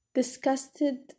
disgusted